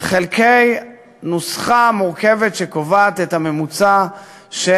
חלקי נוסחה מורכבת שקובעת את הממוצע של